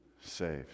saved